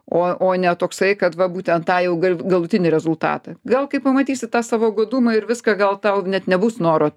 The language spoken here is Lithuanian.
o o ne toksai kad va būtent tą jau ga galutinį rezultatą gal kai pamatysi tą savo godumą ir viską gal tau net nebus noro